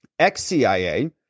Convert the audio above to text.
ex-CIA